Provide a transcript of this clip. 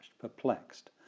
perplexed